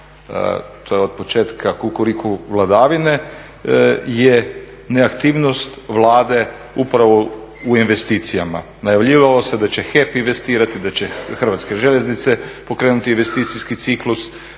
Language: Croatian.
to je od početka kukuriku vladavine je neaktivnost Vlade upravo u investicijama. Najavljivalo se da će HEP investirati, da će Hrvatske željeznice pokrenuti investicijski ciklus.